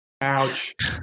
Ouch